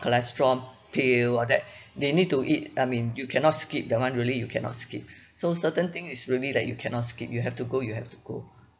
cholesterol pill all that they need to eat I mean you cannot skip that [one] really you cannot skip so certain thing is really like you cannot skip you have to go you have to go